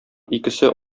икесе